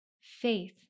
Faith